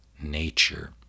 nature